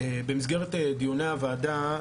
במסגרת דיוני הוועדה,